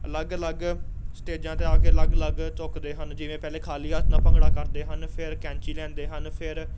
ਅਲੱਗ ਅਲੱਗ ਸਟੇਜਾਂ 'ਤੇ ਆ ਕੇ ਅਲੱਗ ਅਲੱਗ ਚੁੱਕਦੇ ਹਨ ਜਿਵੇਂ ਪਹਿਲੇ ਖਾਲੀ ਹੱਥ ਨਾਲ ਭੰਗੜਾ ਕਰਦੇ ਹਨ ਫਿਰ ਕੈਂਚੀ ਲੈਂਦੇ ਹਨ ਫਿਰ